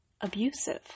abusive